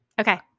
okay